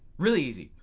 really easy,